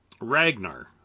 Ragnar